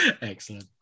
excellent